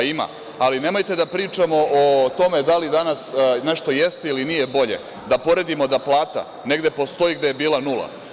Ima, ali nemojte da pričamo o tome da i danas nešto jeste ili nije bolje, da poredimo da plata negde postoji gde je bila nula.